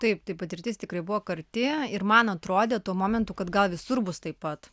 taip tai patirtis tikrai buvo karti ir man atrodė tuo momentu kad gal visur bus taip pat